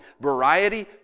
Variety